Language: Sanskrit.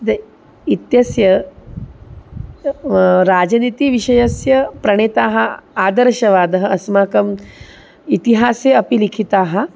देशे इत्यस्य राजनीतिविषयस्य प्रणेताः आदर्शवादः अस्माकम् इतिहासे अपि लिखिताः